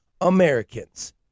Americans